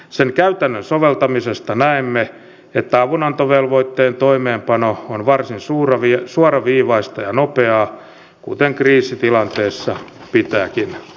sen käytännön soveltamisesta näemme että avunantovelvoitteen toimeenpano on varsin suoraviivaista ja nopeaa kuten kriisitilanteessa pitääkin olla